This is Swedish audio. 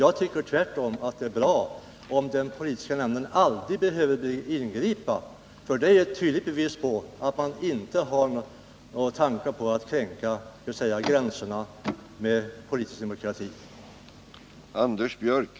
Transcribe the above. Jag tycker tvärtom att det är bra om den politiska nämnden aldrig behöver ingripa, eftersom det är ett tydligt bevis på att parterna inte har någon tanke på att kränka den politiska demokratins gränser.